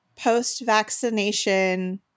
post-vaccination